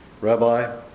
Rabbi